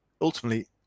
Ultimately